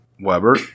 Weber